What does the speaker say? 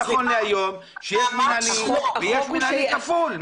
שיש מנהלי ויש מנהלי כפול.